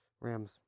Rams